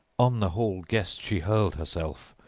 on the hall-guest she hurled herself,